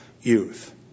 youth